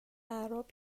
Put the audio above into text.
اعراب